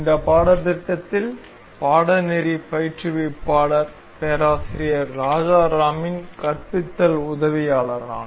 இந்த பாடத்திட்டத்தில் பாடநெறி பயிற்றுவிப்பாளர் பேராசிரியர் ராஜாராமின் கற்பித்தல் உதவியாளர் நான்